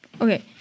Okay